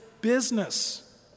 business